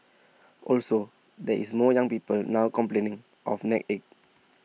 also there is more young people now complaining of neck ache